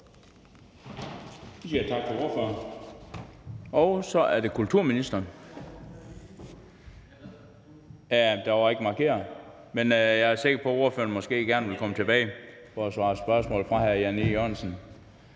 (Der er ønske om en kommentar). Der var ikke markeret, men jeg er sikker på, at ordføreren gerne vil komme tilbage for at besvare et spørgsmål fra hr. Jan E. Jørgensen.